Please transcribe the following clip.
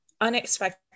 unexpected